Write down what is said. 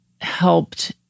helped